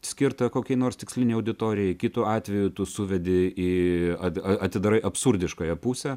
skirtą kokiai nors tikslinei auditorijai kitu atveju tų suvedi į ade atidarai absurdiškąją pusę